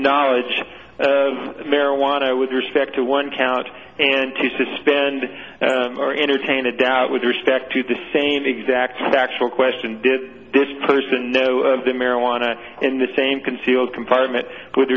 knowledge of marijuana with respect to one count and to suspend or entertain a doubt with respect to the same exact factual question did this person know the marijuana and the same concealed compartment with